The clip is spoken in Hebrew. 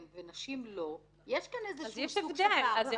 ונשים לא ויש כאן איזשהו סוג של פער.